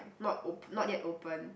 not op~ not yet opened